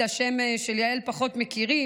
את השם של יעל פחות מכירים,